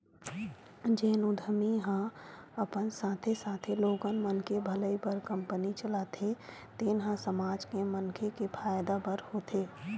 जेन उद्यमी ह अपन साथे साथे लोगन मन के भलई बर कंपनी चलाथे तेन ह समाज के मनखे के फायदा बर होथे